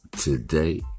today